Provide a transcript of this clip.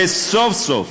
סוף-סוף,